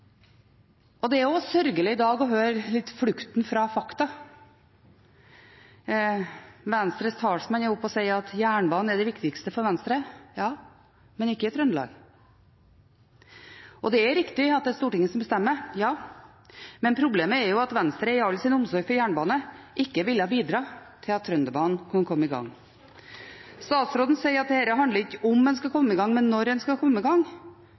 Det er sørgelig i dag å høre på flukten fra fakta. Venstres talsmann sier at jernbanen er det viktigste for Venstre – ja, men ikke i Trøndelag. Det er riktig at Stortinget bestemmer. Ja, men problemet er at Venstre – i all sin omsorg for jernbane – ikke ville bidra til at Trønderbanen kunne komme i gang. Statsråden sier at dette handler ikke om hvorvidt en skal komme i gang, men når en skal komme i gang.